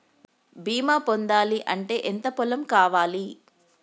బీమా పొందాలి అంటే ఎంత పొలం కావాలి?